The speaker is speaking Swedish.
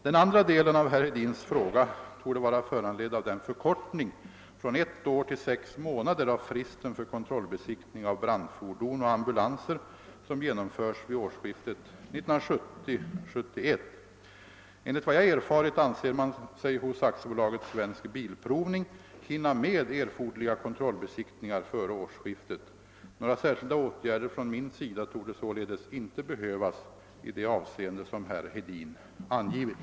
Den andra delen av herr Hedins fråga torde vara föranledd av den förkortning från ett år till sex månader av fristen för kontrollbesiktning av brandfordon och ambulanser som genomförs vid årsskiftet 1970/71. Enligt vad jag erfarit anser man sig hos AB Svensk bilprovning hinna med erforderliga kontrollbesiktningar före årsskiftet. Några särskilda åtgärder från min sida torde således inte behövas i det avseende som herr Hedin angivit.